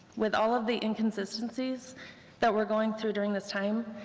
with all of the inconsistencies that we're going through during this time,